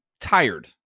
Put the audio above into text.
tired